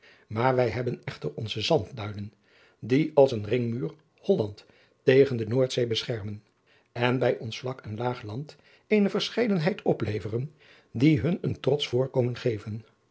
maar wij hebben echter onze zandduinen die als een ringmuur adriaan loosjes pzn het leven van maurits lijnslager holland tegen de noordzee beschermen en bij ons vlak en laag land eene verscheidenheid opleveren die hun een trotsch voorkomen geven